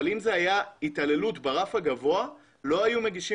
אבל אם זו הייתה התעללות ברף הגבוה לא היו מגישים